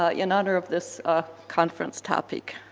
ah in honor of this conference topic.